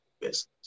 business